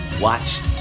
Watch